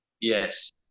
yes